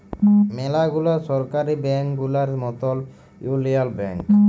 ম্যালা গুলা সরকারি ব্যাংক গুলার মতল ইউলিয়াল ব্যাংক